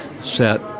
set